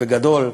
בגדול,